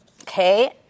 Okay